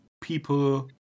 people